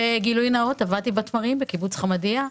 וגילוי נאות: עבדתי בתמרים בקיבוץ חמדיה,